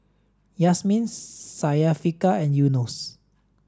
Yasmin Syafiqah and Yunos